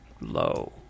low